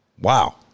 Wow